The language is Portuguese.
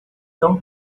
tão